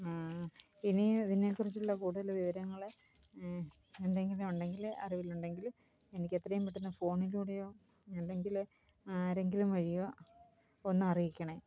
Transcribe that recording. ഇനീം ഇതിനെക്കുറിച്ചുള്ള കൂടുതൽ വിവരങ്ങൾ എന്തെങ്കിലും ഉണ്ടെങ്കിൽ അറിവിൽ ഉണ്ടെങ്കിൽ എനിക്ക് എത്രയും പെട്ടന്ന് ഫോണിലൂടെയോ അല്ലെങ്കിൽ ആരെങ്കിലും വഴിയോ ഒന്ന് അറിയിക്കണം